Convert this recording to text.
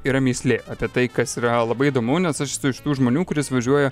yra mįslė apie tai kas yra labai įdomu nes aš esu iš tų žmonių kuris važiuoja